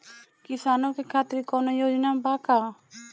किसानों के खातिर कौनो योजना बा का?